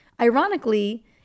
Ironically